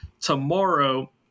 Tomorrow